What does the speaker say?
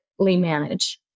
Manage